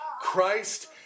Christ